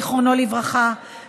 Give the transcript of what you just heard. זיכרונו לברכה,